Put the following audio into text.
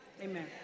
Amen